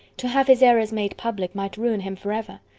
to have his errors made public might ruin him for ever.